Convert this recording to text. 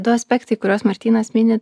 du aspektai kuriuos martynas mini